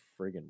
friggin